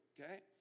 Okay